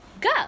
go